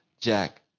Jack